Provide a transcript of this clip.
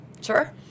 Sure